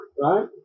right